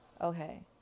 Okay